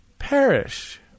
perish